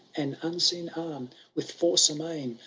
an unseen arm, with force amain.